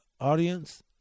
audience